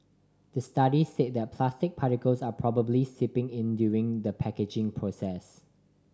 the study say the plastic particles are probably seeping in during the packaging process